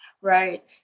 Right